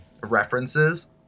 references